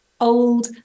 old